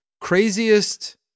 craziest